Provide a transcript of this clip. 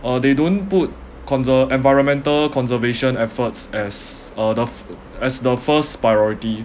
uh they don't put conser~ environmental conservation efforts as uh the fi~ as the first priority